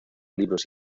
libros